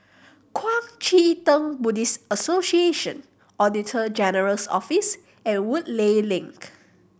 Kuang Chee Tng Buddhist Association Auditor General's Office and Woodleigh Link